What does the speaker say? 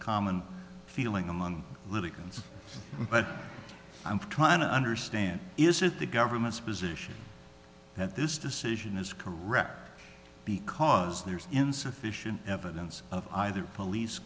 common feeling among litigants but i'm trying to understand is it the government's position that this decision is correct because there's insufficient evidence of either police